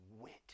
went